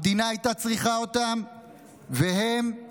המדינה הייתה צריכה אותם והם התייצבו.